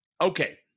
Okay